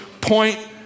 point